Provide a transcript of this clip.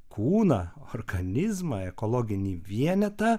kūną organizmą ekologinį vienetą